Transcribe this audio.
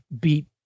beat